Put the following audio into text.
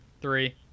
three